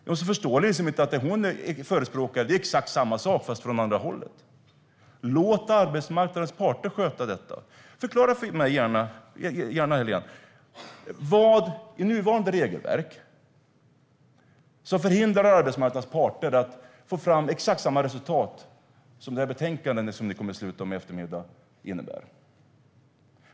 Hon förstår inte att det hon själv förespråkar är exakt samma sak fast från andra hållet. Låt arbetsmarknadens parter sköta detta! Förklara gärna för mig, Helén Pettersson, vad i det nuvarande regelverket som förhindrar arbetsmarknadens parter att få fram exakt samma resultat som det här förslaget som ni kommer att besluta om i eftermiddag innebär.